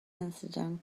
incident